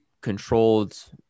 controlled